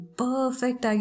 perfect